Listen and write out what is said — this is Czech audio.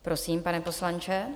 Prosím, pane poslanče.